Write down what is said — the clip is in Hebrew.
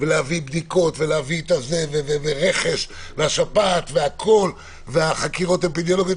להביא בדיקות ורכש ושפעת והכול והחקירות האפידמיולוגיות,